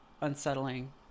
unsettling